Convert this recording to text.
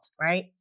right